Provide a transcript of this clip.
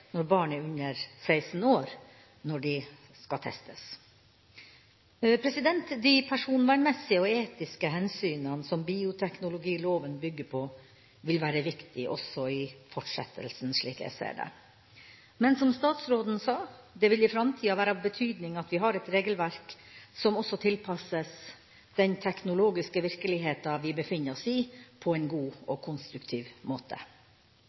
når barn er under 16 år når de skal testes. De personvernmessige og etiske hensynene som bioteknologiloven bygger på, vil være viktige også i fortsettelsen, slik jeg ser det. Men, som statsråden sa, det vil i framtida være av betydning at vi har et regelverk som også tilpasses den teknologiske virkeligheten vi befinner oss i, på en god og konstruktiv måte.